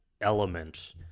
element